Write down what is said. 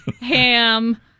ham